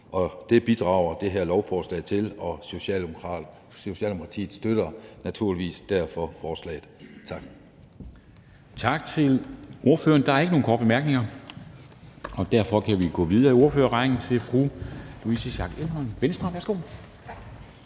og det bidrager det her lovforslag til. Socialdemokratiet støtter derfor naturligvis forslaget. Tak.